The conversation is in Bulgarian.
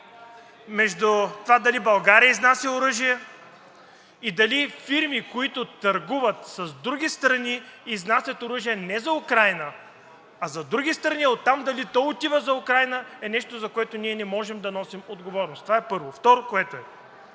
между това дали България изнася оръжие и дали фирми, които търгуват с други страни, изнасят оръжие не за Украйна, а за други страни, а оттам дали то отива за Украйна е нещо, за което ние не можем да носим отговорност. Това е, първо. Второ, дали